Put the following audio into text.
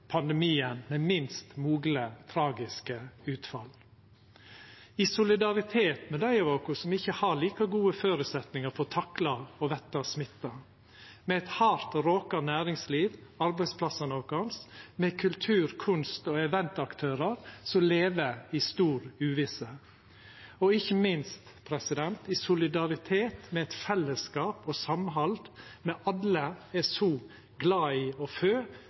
pandemien med minst mogleg tragiske utfall – i solidaritet med dei av oss som ikkje har like gode føresetnader for å takla å verta smitta, med eit hardt råka næringsliv, arbeidsplassane våre, med kultur-, kunst- og eventaktørar som lever i stor uvisse, og ikkje minst i solidaritet med eit fellesskap og eit samhald me alle er so glad i og